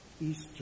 Easter